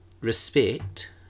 respect